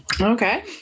Okay